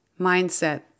mindset